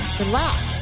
relax